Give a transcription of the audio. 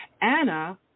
Anna